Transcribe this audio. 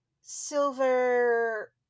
Silver